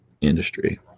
industry